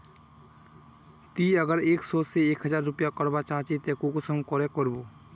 ती अगर एक सो से एक हजार करवा चाँ चची ते कुंसम करे करबो?